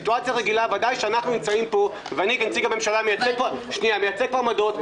אני כנציג הממשלה מייצג פה עמדות,